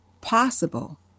possible